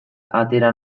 atera